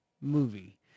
movie